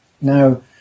Now